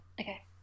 Okay